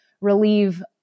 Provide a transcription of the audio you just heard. relieve